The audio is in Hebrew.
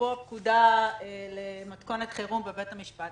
א-פרופו הפקודה למתכונת חירום בבית המשפט,